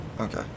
Okay